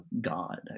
God